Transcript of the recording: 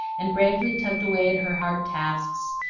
and bravely tugged away at her hard tasks,